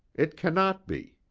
it cannot be.